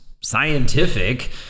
scientific